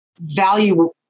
value